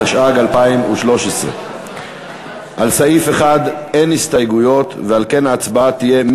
התשע"ג 2013. על סעיף 1 אין הסתייגויות ועל כן ההצבעה תהיה,